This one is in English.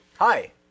Hi